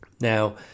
Now